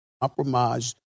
compromise